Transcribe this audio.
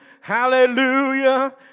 Hallelujah